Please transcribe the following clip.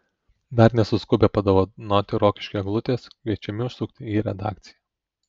dar nesuskubę padovanoti rokiškiui eglutės kviečiami užsukti į redakciją